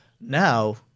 Now